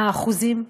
מה האחוזים?